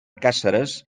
càceres